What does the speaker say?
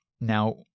Now